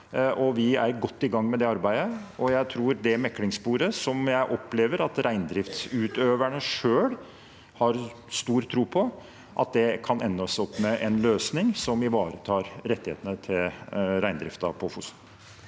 vi er godt i gang med det arbeidet. Jeg tror meklingssporet, som jeg opplever at reindriftsutøverne selv har stor tro på, kan ende med en løsning som ivaretar rettighetene til reindriften på Fosen.